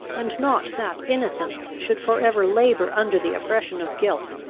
and not that innocence should for ever labour under the oppression of guilt.